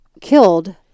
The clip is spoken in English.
killed